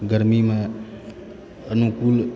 गरमीेमे अनुकूल